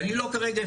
אני לא אפרוס כרגע,